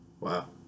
Wow